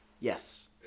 Yes